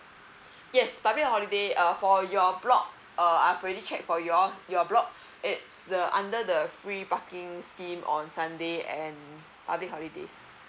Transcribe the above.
yes public holiday uh for your block uh I've already check for your your block it's the under the free parking scheme on sunday and public holidays